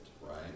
right